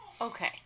Okay